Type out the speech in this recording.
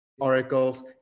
oracles